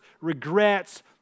regrets